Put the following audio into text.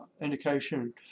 indication